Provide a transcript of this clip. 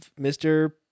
Mr